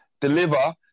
deliver